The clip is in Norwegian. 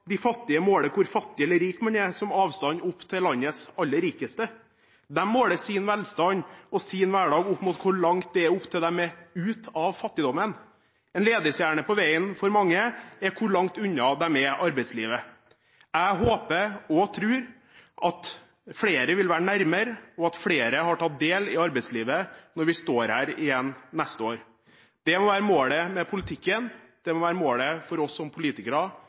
de fattige måler hvor fattig eller rik man er som avstand opp til landets aller rikeste. De måler sin velstand og sin hverdag opp mot hvor langt det er opp til de er ute av fattigdommen. En ledestjerne på veien for mange er hvor langt unna de er arbeidslivet. Jeg håper og tror at flere vil være nærmere, og at flere har tatt del i arbeidslivet når vi står her igjen neste år. Det må være målet med politikken, det må være målet for oss som politikere,